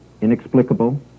inexplicable